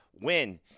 win